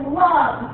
love